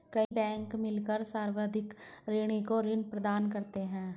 कई बैंक मिलकर संवर्धित ऋणी को ऋण प्रदान करते हैं